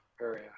area